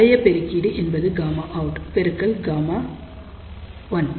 வளைய பெருக்கீடு என்பது Γout பெருக்கல் Γl